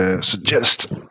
Suggest